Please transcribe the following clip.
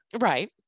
Right